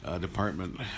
department